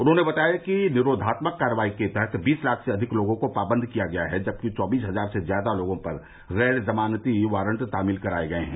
उन्होंने बताया कि निरोधात्मक कार्रवाई के तहत बीस लाख से अधिक लोगों को पाबंद किया गया है जबकि चौबीस हज़ार से ज़्यादा लोगों पर गैर जमानती वारंट तामील कराये गये हैं